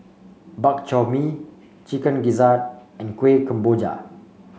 Bak Chor Mee Chicken Gizzard and Kuih Kemboja